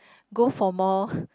go for more